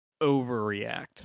overreact